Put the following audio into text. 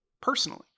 personally